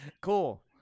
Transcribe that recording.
Cool